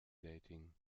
dating